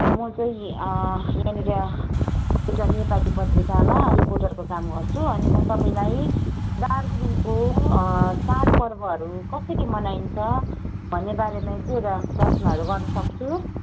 म चाहिँ यहाँनिर एउटा नेपाली पत्रिकामा रिपोर्टरको काम गर्छु अनि म तपाईँलाई दार्जिलिङको चाडपर्वहरू कसरी मनाइन्छ भन्ने बारेमा एक दुईवटा प्रश्नहरू गर्नु सक्छु